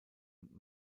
und